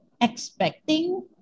expecting